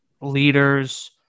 leaders